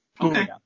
Okay